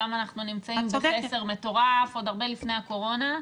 שם אנחנו נמצאים בחסר מטורף עוד הרבה לפני הקורונה.